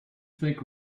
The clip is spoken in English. think